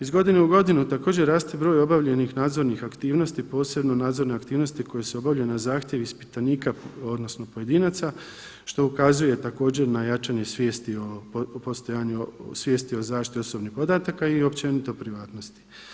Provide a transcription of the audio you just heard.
Iz godine u godinu također raste broj obavljenih nadzornih aktivnosti posebno nadzorne aktivnosti koje su obavljaju na zahtjev ispitanika odnosno pojedinaca što ukazuje također na jačanje svijesti o postojanju, svijesti o zaštiti osobnih podataka i općenito privatnosti.